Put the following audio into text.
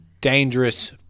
dangerous